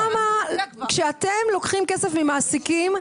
כשאתם לוקחים כסף ממעסיקים,